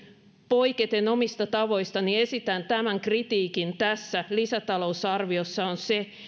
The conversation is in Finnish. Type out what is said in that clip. poiketen omista tavoistani esitän tämän kritiikin tässä lisätalousarviossa on se